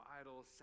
idols